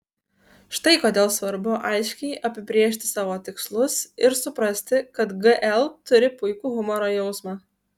štai kodėl svarbu aiškiai apibrėžti savo tikslus ir suprasti kad gl turi puikų humoro jausmą